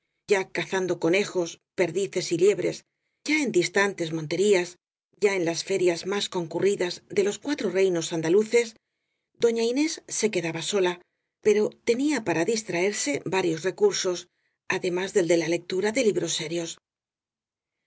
ya cazando conejos perdices y liebres ya en distantes monterías ya en las fe rias más concurridas de los cuatro reinos andalu ces doña inés se quedaba sola pero tenía para distraerse varios recursos además del de la lectura de libros serios